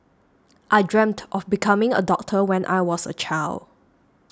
I dreamt of becoming a doctor when I was a child